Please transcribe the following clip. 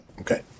Okay